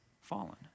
fallen